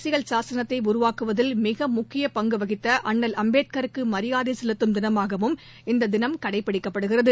அரசியல் சாசனத்தை உருவாக்குவதில் மிக முக்கிய பங்கு வகித்த அண்ணல் அம்பேத்கருக்கு மரியாதை செலுத்தும் தினமாகவும் இந்த தினம் கடைபிடிக்கப்படுகிறது